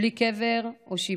בלי קבר או שבעה.